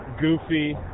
goofy